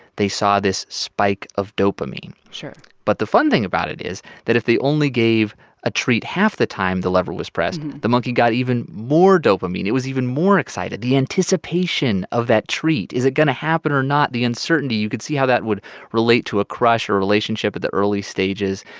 they saw this spike of dopamine sure but the fun thing about it is that if they only gave a treat half the time the lever was pressed, and the monkey got even more dopamine. it was even more excited. the anticipation of that treat is it going to happen or not? the uncertainty you could see how that would relate to a crush or a relationship at the early stages.